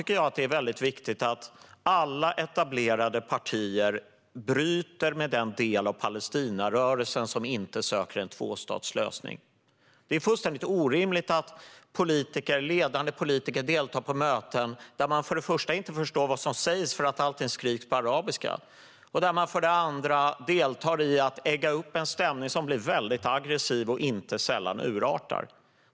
Dessutom är det viktigt att alla etablerade partier bryter med den del av Palestinarörelsen som inte söker en tvåstatslösning. Det är fullständigt orimligt att ledande politiker deltar i möten där det för det första inte går att förstå vad som sägs, eftersom allt skriks på arabiska, och där man för det andra deltar i att egga upp en aggressiv stämning som inte sällan urartar.